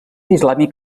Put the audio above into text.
islàmic